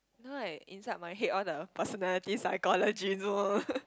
know like inside my head all the personalities psychology